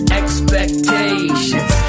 expectations